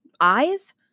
eyes